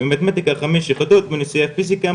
במתמטיקה 5 יחידות בנושא פיסיקה,